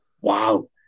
wow